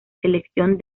selección